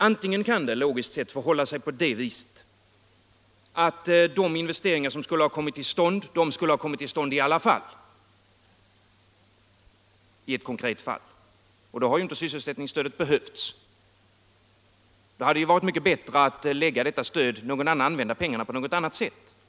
Antingen kan det logiskt sett förhålla sig på det viset att de investeringar som skulle komma till stånd hade gjort det ändå i ett konkret fall, och därför hade ju sysselsättningsstödet inte behövts. Då hade det varit bättre att använda pengarna på annat sätt.